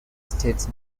states